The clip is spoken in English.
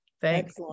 Thanks